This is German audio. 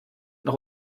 noch